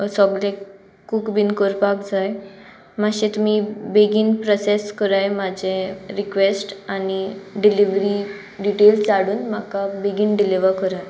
सोगले कूक बीन करपाक जाय मातशें तुमी बेगीन प्रोसेस कोराय म्हाजें रिक्वेस्ट आनी डिलिवरी डिटेल्स धाडून म्हाका बेगीन डिलिव्हर कोराय